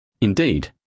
Indeed